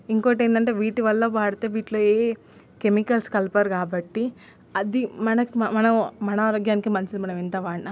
ఇంకోటేందంటే వీటి వల్ల వాడితే వీటిలో ఏ ఏ కెమికల్స్ కలపరు కాబట్టి అది మనకి మ మనం మన ఆరోగ్యానికి మంచిది మనమెంత వాడిన